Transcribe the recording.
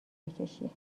بکشی